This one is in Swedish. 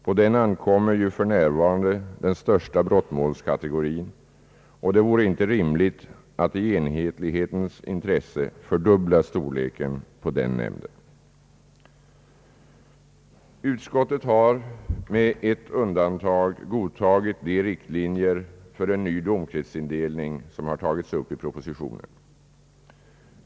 På denna ankommer ju för närvarande den största brottmålskategorin, och det vore inte rimligt att i enbetlighetens intresse fördubbla storleken på den nämnden. Utskottet har med ett undantag godtagit de riktlinjer för en ny domkretsindelning som har tagits upp i propositionen.